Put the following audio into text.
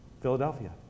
Philadelphia